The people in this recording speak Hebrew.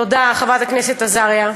תודה, חברת הכנסת עזריה.